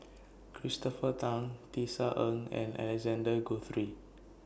Christopher Tan Tisa Ng and Alexander Guthrie